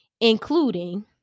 including